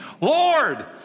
Lord